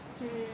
is it